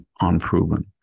unproven